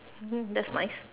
mm that's nice